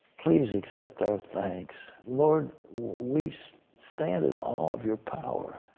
please accept our thanks. lord, we so stand in awe of your power.